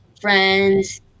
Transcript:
friends